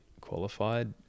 qualified